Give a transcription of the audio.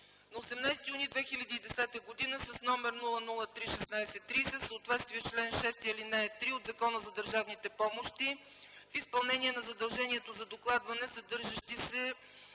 На 18 юни 2010 г. с № 003-16-30 в съответствие с чл. 6, ал. 3 от Закона за държавните помощи в изпълнение на задължението за докладване, съдържащи се